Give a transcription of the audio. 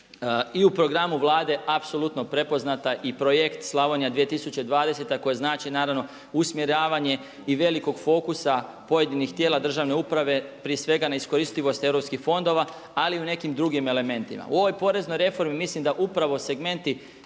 i u programu Vlade apsolutno prepoznata i projekt Slavonija 2020. koji znači usmjeravanje i velikog fokusa pojedinih tijela državne uprave prije svega neiskoristivosti europskih fondova, ali u nekim drugim elementima. U ovoj poreznoj reformi mislim da upravo segmenti